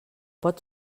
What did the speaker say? pot